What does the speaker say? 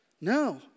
No